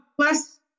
plus